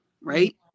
right